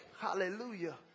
Hallelujah